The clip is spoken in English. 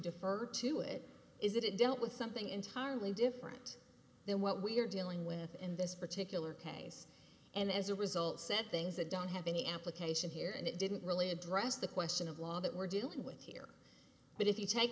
defer to it is that it dealt with something entirely different than what we're dealing with in this particular case and as a result said things that don't have any application here and it didn't really address the question of law that we're doing with here but if you take